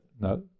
No